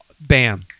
Bam